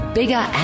bigger